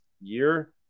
year